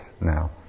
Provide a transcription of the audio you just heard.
now